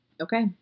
Okay